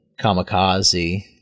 kamikaze